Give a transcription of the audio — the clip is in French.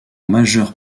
majeure